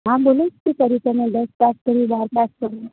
હા બોલો ને શું કર્યું તમે દસ પાસ કર્યું બાર પાસ કર્યું